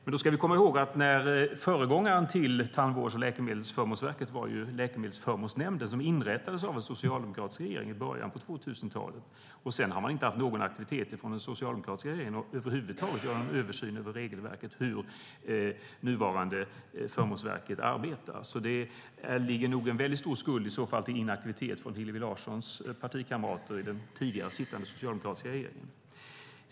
Men då ska vi komma ihåg att föregångaren till Tandvårds och läkemedelsförmånsverket var Läkemedelsförmånsnämnden, som inrättades av en socialdemokratisk regering i början av 2000-talet. Sedan har man inte haft någon aktivitet från den socialdemokratiska regeringen över huvud taget när det gäller att göra någon översyn av regelverket, hur det nuvarande förmånsverket arbetar. Det ligger nog en stor skuld, i så fall, när det gäller inaktivitet på Hillevi Larssons partikamrater i den tidigare sittande socialdemokratiska regeringen.